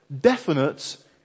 definite